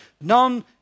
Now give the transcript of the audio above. None